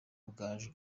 rugaju